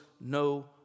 no